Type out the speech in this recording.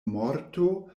morto